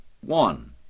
One